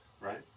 right